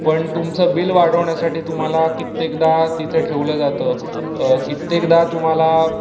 पण तुमचं बिल वाढवण्यासाठी तुम्हाला कित्येकदा तिथं ठेवलं जातं कित्येकदा तुम्हाला